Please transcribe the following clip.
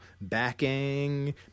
backing